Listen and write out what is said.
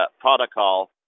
protocol